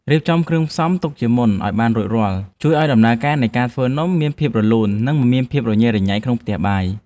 រៀបចំគ្រឿងផ្សំទុកជាមុនឱ្យបានរួចរាល់ជួយឱ្យដំណើរការនៃការធ្វើនំមានភាពរលូន និង មិនមានភាពរញ៉េរញ៉ៃនៅក្នុងផ្ទះបាយ។